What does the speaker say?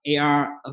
AR